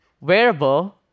wearable